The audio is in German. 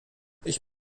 ich